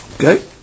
okay